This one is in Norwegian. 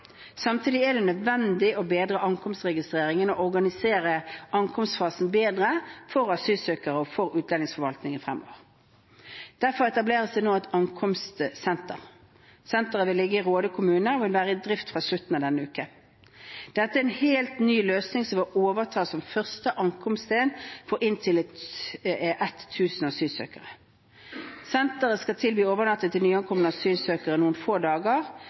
Samtidig er det nødvendig å bedre ankomstregistreringen og organisere ankomstfasen bedre for asylsøkere og for utlendingsforvaltningen fremover. Derfor etableres det nå et ankomstsenter. Senteret vil ligge i Råde kommune og vil være i drift fra slutten av denne uken. Dette er en helt ny løsning som vil overta som første ankomststed for inntil 1 000 asylsøkere. Senteret skal tilby overnatting til nyankomne asylsøkere noen få dager,